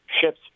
ships